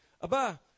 Aba